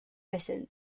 missions